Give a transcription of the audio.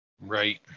Right